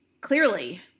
clearly